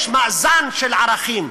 יש מאזן של ערכים,